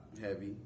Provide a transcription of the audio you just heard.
heavy